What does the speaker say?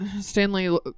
stanley